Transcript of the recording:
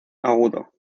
agudo